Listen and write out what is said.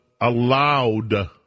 allowed